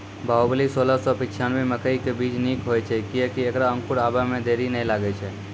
बाहुबली सोलह सौ पिच्छान्यबे मकई के बीज निक होई छै किये की ऐकरा अंकुर आबै मे देरी नैय लागै छै?